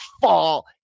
fall